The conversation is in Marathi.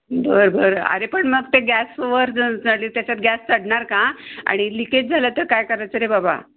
बरं बरं अरे पण मग ते गॅसवर त्याच्यात गॅस चढणार का आणि लिकेज झालं तर काय करायचं रे बाबा